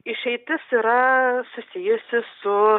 išeitis yra susijusi su